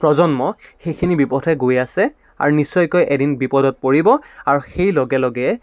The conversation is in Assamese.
প্ৰজন্ম সেইখিনি বিপথে গৈ আছে আৰু নিশ্চয়কৈ এদিন বিপদত পৰিব আৰু সেই লগে লগে